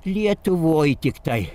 lietuvoj tiktai